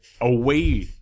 away